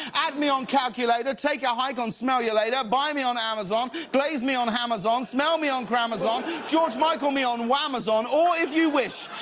add me on calculator. take a hike on smell-ya-lator. buy me on amazon. glaze me on hamazon. shell me on clamazon. george michael me on wham azon. or, if you wish,